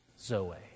zoe